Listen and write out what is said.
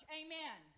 amen